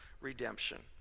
redemption